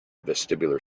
vestibular